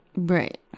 Right